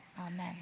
Amen